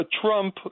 Trump